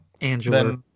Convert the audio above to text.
Angela